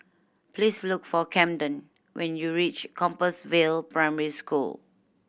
please look for Kamden when you reach Compassvale Primary School